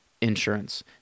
insurance